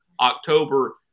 October